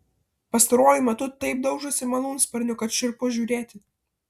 pastaruoju metu taip daužosi malūnsparniu kad šiurpu žiūrėti